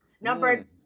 Number –